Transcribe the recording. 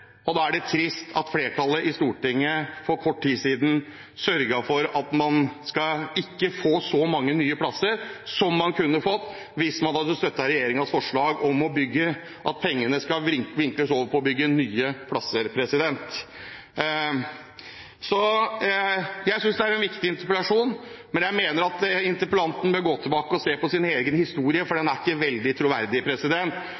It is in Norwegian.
Da er det trist at flertallet i Stortinget for kort tid siden sørget for at man ikke skal få så mange nye plasser som man kunne fått hvis man hadde støttet regjeringens forslag om at pengene skal vinkles over på å bygge nye plasser. Jeg synes det er en viktig interpellasjon, men jeg mener at interpellanten bør gå tilbake og se på sin egen historie, for den